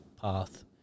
path –